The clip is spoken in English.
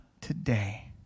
today